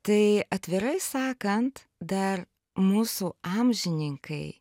tai atvirai sakant dar mūsų amžininkai